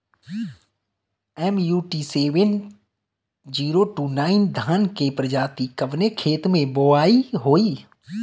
MUT seven zero two nine धान के प्रजाति कवने खेत मै बोआई होई?